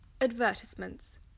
Advertisements